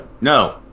No